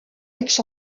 aix